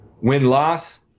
Win-loss –